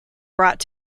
brought